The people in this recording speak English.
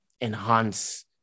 Enhance